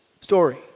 story